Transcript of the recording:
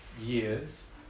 years